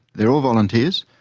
they are all volunteers,